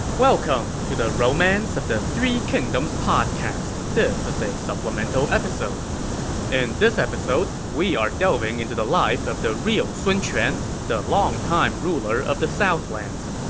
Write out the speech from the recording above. welcome to the romance of the three kingdoms podcast. this is a supplemental episode in this episode, we are delving into the life of the real sun quan, the longtime ruler of the southlands.